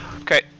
okay